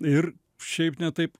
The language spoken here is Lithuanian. ir šiaip ne taip